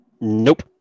Nope